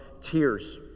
tears